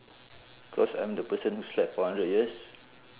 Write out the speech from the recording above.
cause I'm the person who slept for hundred years